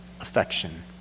affection